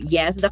Yes